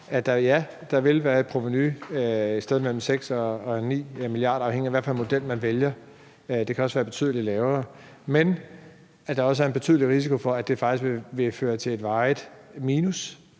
at der vil være et provenu på et sted mellem 6 og 9 mia. kr., afhængigt af hvad for en model man vælger – det kan også være betydelig lavere – men at der også er en betydelig risiko for, at det faktisk vil føre til et varigt minus.